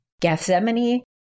Gethsemane